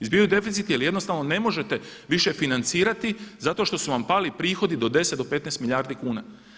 Izbivaju deficiti jer jednostavno ne možete više financirati zato što su vam pali prihodi do 10, do 15 milijardi kuna.